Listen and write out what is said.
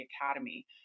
Academy